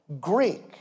Greek